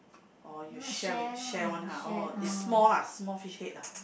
oh you share with share one ha oh is small lah small fish head ah